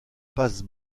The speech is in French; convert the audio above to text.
passe